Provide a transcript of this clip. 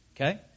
okay